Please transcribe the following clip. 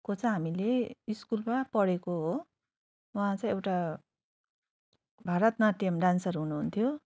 को चाहिँ हामीले स्कुलमा पढेको हो उहाँ चाहिँ एउटा भारनाट्यम डान्सर हुनुहुन्थ्यो